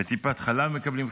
בטיפת חלב מקבלים חיסון,